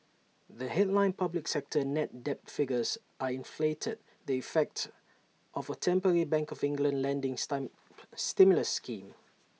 the headline public sector net debt figures are inflated the effect of A temporary bank of England lending stimulus scheme